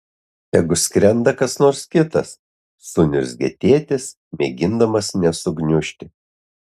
tegu skrenda kas nors kitas suniurzgė tėtis mėgindamas nesugniužti